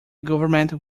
government